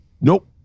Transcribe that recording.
nope